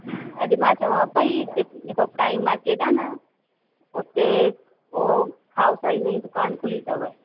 अॼु मां चवां पई कि जेको टाइम मार्केट आहे उते हो खाउसा जी नई दुकानु खुली अथव